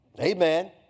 Amen